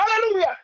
hallelujah